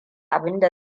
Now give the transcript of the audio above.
abinda